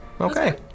Okay